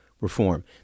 reform